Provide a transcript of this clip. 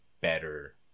better